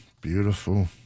Beautiful